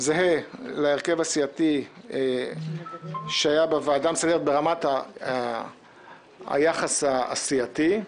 זהה להרכב הסיעתי שהיה בוועדה המסדרת ברמת היחס הסיעתי.